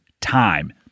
time